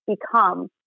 become